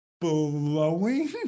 blowing